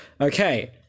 Okay